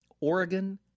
Oregon